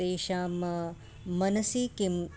तेषां मनसि किम्